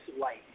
light